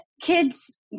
Kids